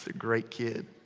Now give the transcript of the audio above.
ah great kid.